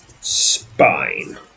spine